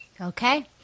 Okay